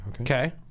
Okay